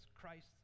Christ